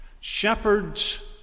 Shepherds